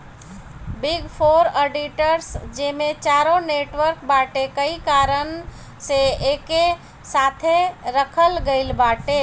big four auditors जेमे चारो network बाटे कई कारण से एके साथे रखल गईल बाटे